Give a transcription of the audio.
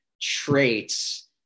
traits